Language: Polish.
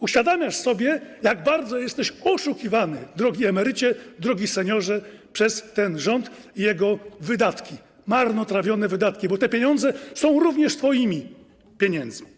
Uświadamiasz sobie, jak bardzo jesteś oszukiwany, drogi emerycie, drogi seniorze, przez ten rząd i jego wydatki, marnotrawione wydatki, bo te pieniądze są również twoimi pieniędzmi.